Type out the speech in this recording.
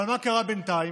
אבל מה קרה בינתיים?